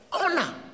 honor